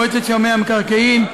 מועצת שמאי המקרקעין,